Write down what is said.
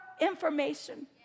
information